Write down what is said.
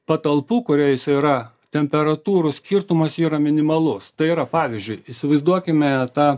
patalpų kurioj jis yra temperatūrų skirtumas yra minimalus pavyzdžiui pavyzdžiui įsivaizduokime tą